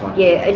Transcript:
yeah.